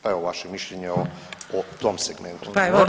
Pa evo vaše mišljenje o, o tom segmentu.